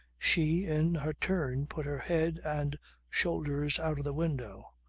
she, in her turn put her head and shoulders out of the window.